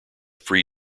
free